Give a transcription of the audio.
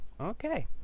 Okay